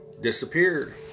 disappeared